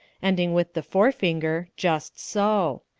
ending with the forefinger just so.